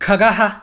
खगः